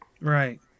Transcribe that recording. Right